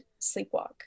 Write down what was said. sleepwalk